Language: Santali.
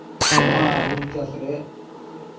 ᱱᱚᱣᱟ ᱦᱩᱲᱩ ᱪᱟᱥ ᱨᱮ